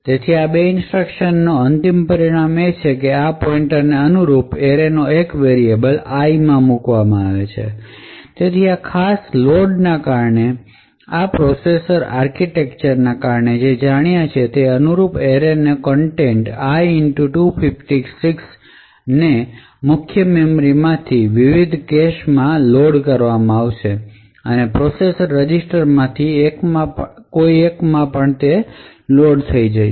તેથી આ બે ઇન્સટ્રકશન નો અંતિમ પરિણામ એ છે કે આ પોઇન્ટર ને અનુરૂપ એરેનો એક વેરિયેબલ i માં મૂકવામાંઆવે છે તેથી આ ખાસ લોડ ને કારણે આપણે પ્રોસેસર આર્કિટેક્ચરને કારણે જે જાણીએ છીએ તે એ છે કે અનુરૂપ એરેની કંટૈંટ આઇ 256 ને મુખ્ય મેમરી માંથી વિવિધ કેશ માં લોડ કરવામાં આવશે અને તે પ્રોસેસર રજીસ્ટરમાં થી એકમાં પણ લોડ થઈ જશે